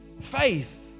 faith